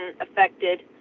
affected